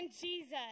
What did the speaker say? Jesus